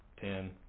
Ten